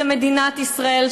למדינת ישראל,